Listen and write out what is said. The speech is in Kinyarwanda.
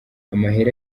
amahera